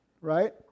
Right